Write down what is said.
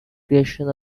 creation